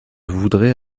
voudrais